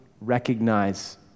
recognize